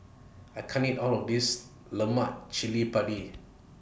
I can't eat All of This Lemak Cili Padi